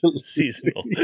seasonal